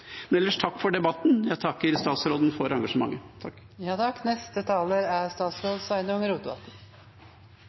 Men ellers: Takk for debatten. Jeg takker statsråden for engasjementet.